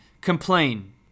complain